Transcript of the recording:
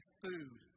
food